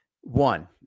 One